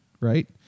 right